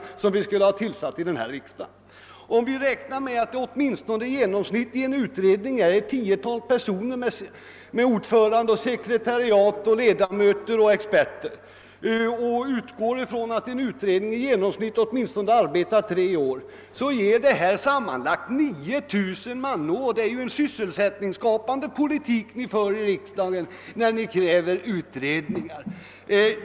Räknar vi med att det i en utredning genomsnittligt sitter ett tiotal personer — ordförande, sekretariat, ledamöter och experter — och att en utredning genomsnittligt arbetar under åtminstone tre år, får vi totalt 9000 manår. Ni för ju en sysselsättningsskapande politik i riksdagen då ni kräver utredningar.